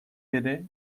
beri